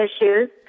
issues